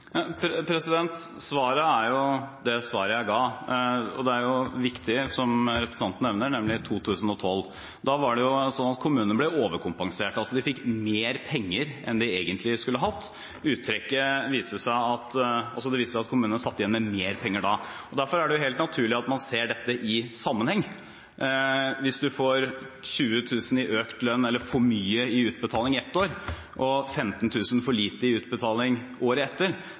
Svaret er jo det svaret jeg ga. Det er jo viktig, det året som representanten nevner, nemlig 2012. Da ble kommunene overkompensert. De fikk mer penger enn de egentlig skulle hatt; det viste seg at kommunene satt igjen med mer penger da. Derfor er det helt naturlig at man ser dette i sammenheng. Hvis man får 20 000 i økt lønn, eller for mye i utbetaling ett år, og 15 000 for lite i utbetaling året etter,